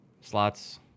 slots